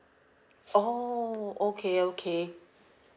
oh okay okay